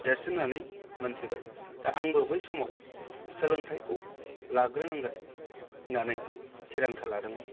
देरसिन होन्नानै मोनथिबाय दा आंबो बै समाव सोलोंथायखौ लाग्रोनांगोन होन्नानै थिरांथा लादोंमोन